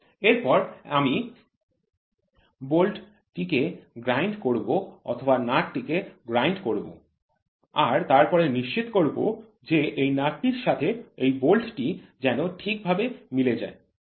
এরপরে আমি বোল্ট টিকে গ্রাইন্ড করব অথবা নাট্ টিকে গ্রাইন্ড করব আর তারপরে নিশ্চিত করবো যে এই নাট্ টির সাথে এই বোল্ট টি যেন ঠিকঠাক ভাবে মিলে যায়